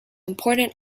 important